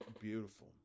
beautiful